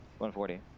140